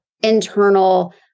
internal